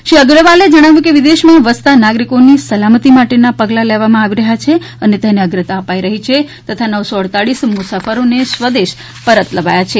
શ્રી અગ્રવાલે જણાવ્યું કે વિદેશમાં વસતા નાગરિકોની સલામતિ માટેના પગલાં લેવામાં આવી રહ્યા છે અને તેને અગ્રતા અપાઈ રહી છે તથા નવસો અડતાલીસ મુસાફરોને સ્વદેશ પરત લવાયા છે